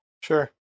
Sure